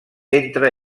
entre